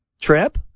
Trip